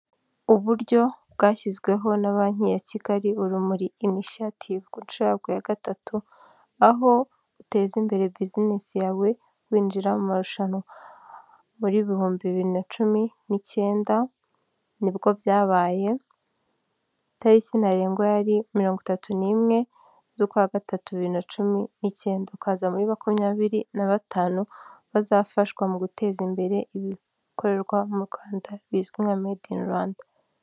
Uburyo bwashyizweho na banki ya Kigali urumuri inishiyativu guca ku ya gatatu, aho uteza imbere bizinesi yawe winjira mu marushanwa. Buri ibihumbi bibiri na cumi n'icyenda nibwo byabaye, itariki ntarengwa yari mirongo itatu n'imwe zukwa gatatu bibiri na cumi n'icyenda. Ukaza muri makumyabiri na batanu bazafashwa mu guteza imbere ibikorerwa mu Rwanda bizwi nka meyidi ini Rwanda.